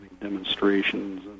demonstrations